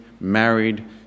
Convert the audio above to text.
married